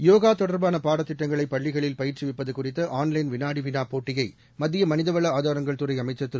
யோகா தொடர்பான பாடத்திட்டங்களை பள்ளிகளில் பயிற்றுவிப்பது குறித்த ஆன்லைன் வினாடி வினா போட்டியை மத்திய மனித வள ஆதாரங்கள் துறை அமைச்சர் திரு